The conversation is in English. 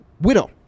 widow